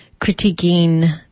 critiquing